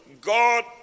God